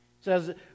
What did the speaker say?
says